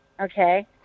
okay